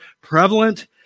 prevalent